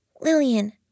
Lillian